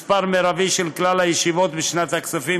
מספר מרבי של כלל הישיבות בשנת הכספים